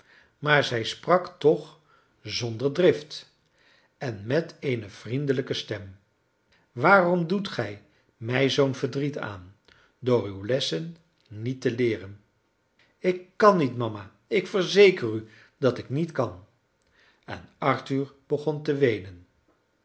maar zij sprak toch zonder drift en met eene vriendelijke stem waarom doet gij mij zoo'n verdriet aan door uw lessen niet te leeren ik kan niet mama ik verzeker u dat ik niet kan en arthur begon te weenen